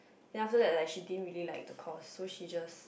then after that like she didn't really like the course so she just